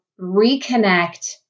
reconnect